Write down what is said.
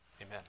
Amen